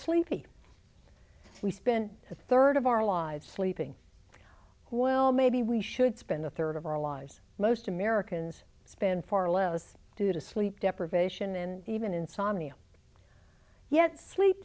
sleepy we spend a third of our lives sleeping well maybe we should spend a third of our lives most americans spend far less due to sleep deprivation and even insomnia yet sleep